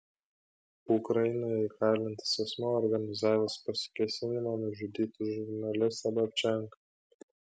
ukrainoje įkalintas asmuo organizavęs pasikėsinimą nužudyti žurnalistą babčenką